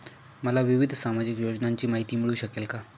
मला विविध सामाजिक योजनांची माहिती मिळू शकेल का?